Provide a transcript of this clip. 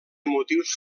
motius